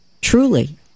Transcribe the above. Truly